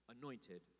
anointed